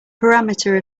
parameter